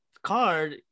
Card